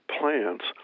plants